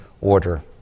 order